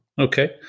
Okay